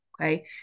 okay